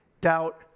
doubt